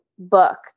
Book